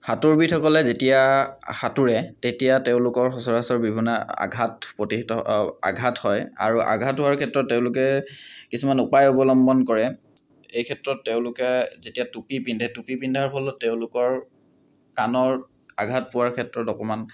সাঁতোৰবিদৰসকলে যেতিয়া সাঁতোৰে তেতিয়া তেওঁলোকৰ সচৰাচৰ বিভিন্ন আঘাত প্ৰতিহত আঘাত হয় আৰু আঘাত হোৱাৰ ক্ষেত্ৰত তেওঁলোকে কিছুমান উপায় অৱলম্বন কৰে এই ক্ষেত্ৰত তেওঁলোকে যেতিয়া টুপী পিন্ধে টুপী পিন্ধাৰ ফলত তেওঁলোকৰ কাণত আঘাত পোৱাৰ ক্ষেত্ৰত অকণমান